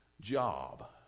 job